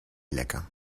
lecker